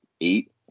eight